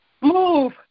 Move